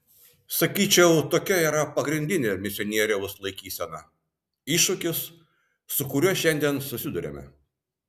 sakyčiau tokia yra pagrindinė misionieriaus laikysena iššūkis su kuriuo šiandien susiduriame